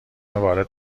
وارد